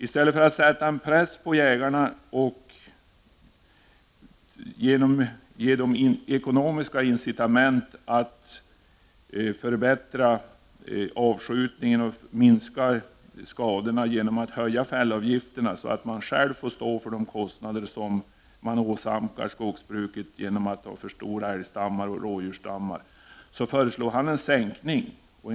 I stället för att sätta press på jägarna och ge dem ekonomiska incitament att förbättra avskjutningen och minska skadorna genom att höja fällavgifterna, så att de själva får stå för de kostnader som åsamkas skogsbruket genom för stora älgoch rådjursstammar, föreslår han en sänkning av dessa avgifter.